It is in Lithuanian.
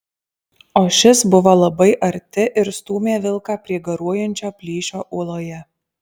o šis buvo labai arti ir stūmė vilką prie garuojančio plyšio uoloje